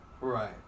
Right